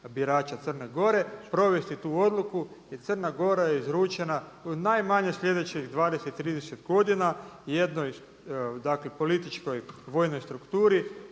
birača Crne Gore provesti tu odluku i Crna Gora je izručena u najmanje sljedećih 20, 30 godina jednoj političkoj vojnoj strukturi